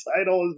title